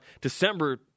December